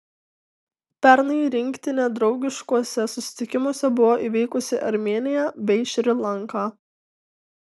pernai rinktinė draugiškuose susitikimuose buvo įveikusi armėniją bei šri lanką